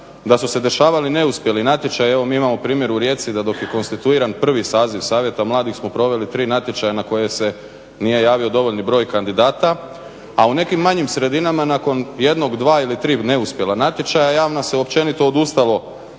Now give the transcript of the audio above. da su se dešavali neuspjeli natječaji. Evo mi imamo primjer u Rijeci da dok je konstituiran prvi saziv Savjeta mladih smo proveli tri natječaja na koje se nije javio dovoljni broj kandidata, a u nekim manjim sredinama nakon jednog, dva ili tri neuspjela natječaja javno se općenito odustalo